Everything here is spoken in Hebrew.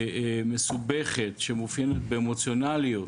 מסובכת, שמאופיינת באמוציונליות.